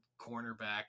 cornerback